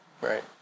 right